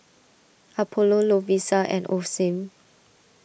Apollo Lovisa and Osim